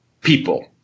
people